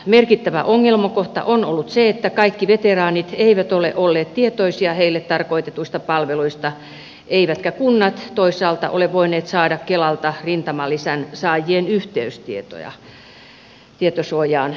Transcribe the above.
merkittävä ongelmakohta on ollut se että kaikki veteraanit eivät ole olleet tietoisia heille tarkoitetuista palveluista eivätkä kunnat toisaalta ole voineet saada kelalta rintamalisän saajien yhteystietoja tietosuojaan liittyen